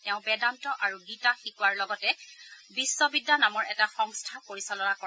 তেওঁ বেদান্ত আৰু গীতা শিকোৱাৰ লগতে বিধ্ববিদ্যা নামৰ এটা সংস্থা পৰিচালনা কৰে